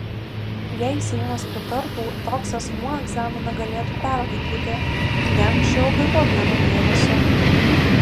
jei seimas pritartų toks asmuo egzaminą galėtų perlaikyti ne anksčiau kaip po vieno mėnesio